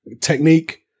technique